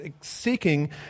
seeking